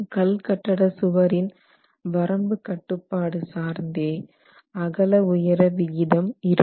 கல் கட்டட சுவரின் வரம்பு கட்டுப்பாடு சார்ந்தே அகல உயர விகிதம் இருக்கும்